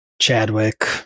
chadwick